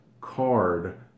card